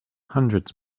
hundreds